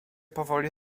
powoli